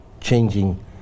changing